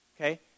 okay